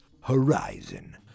Horizon